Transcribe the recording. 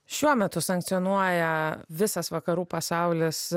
šiuo metu sankcionuoja visas vakarų pasaulis